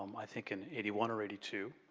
um i think in eighty one or eighty two,